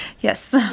Yes